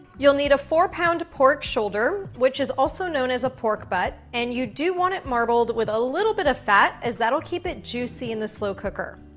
you'll need a four pound pork shoulder which is also known as a pork butt and you do want it marbled with a little bit of fat as that will keep it juicy in the slow cooker.